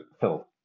Phil